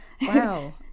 Wow